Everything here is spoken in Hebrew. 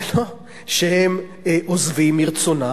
זה לא שהם עוזבים מרצונם,